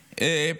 אביב,